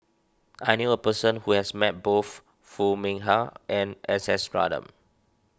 I knew a person who has met both Foo Mee Har and S S Ratnam